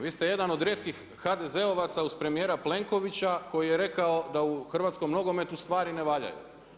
Vi ste jedan od rijetkih HDZ-ovaca uz premjera Plenkovića, koji je rekao da u hrvatskom nogometu stvari ne valjaju.